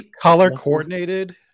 color-coordinated